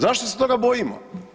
Zašto se toga bojimo?